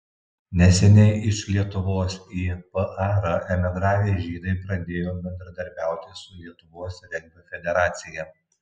neseniai iš lietuvos į par emigravę žydai pradėjo bendradarbiauti su lietuvos regbio federacija